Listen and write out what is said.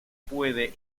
puede